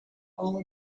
all